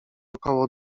około